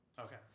Okay